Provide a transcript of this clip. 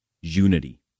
Unity